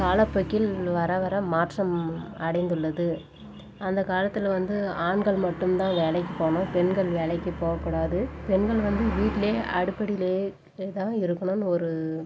காலப்போக்கில் வர வர மாற்றம் அடைந்துள்ளது அந்த காலத்தில் வந்து ஆண்கள் மட்டும்தான் வேலைக்கு போகணும் பெண்கள் வேலைக்கு போகக்கூடாது பெண்கள் வந்து வீட்லேயே அடுப்படியிலேயேதான் இருக்கணும்னு ஒரு